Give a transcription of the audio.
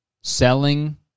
Selling